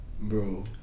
Bro